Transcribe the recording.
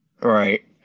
right